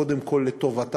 קודם כול לטובתה,